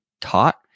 taught